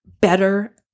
better